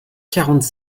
quarante